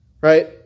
Right